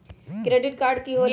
Credit card की होला?